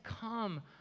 come